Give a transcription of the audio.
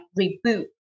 reboot